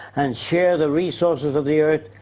and share the resources of the earth.